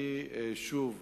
שוב,